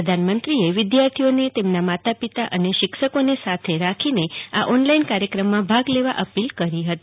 પ્રધાનમંત્રીએ વિદ્યાર્થીઓને તેમના માતાપિતા અને શિક્ષકોને સાથે રાખીને કાર્યક્રમમાં ભાગ લેવા હાકલ કરી છે